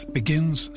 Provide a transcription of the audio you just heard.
begins